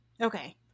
Okay